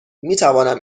میتوانم